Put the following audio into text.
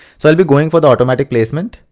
so i'll be going for the automatic placement.